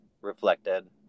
reflected